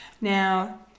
Now